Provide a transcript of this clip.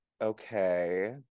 okay